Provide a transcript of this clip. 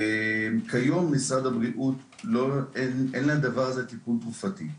כיום במשרד הבריאות אין לדבר הזה טיפול תרופתי.